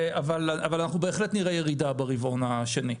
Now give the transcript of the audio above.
אבל אנחנו בהחלט נראה ירידה ברבעון השני.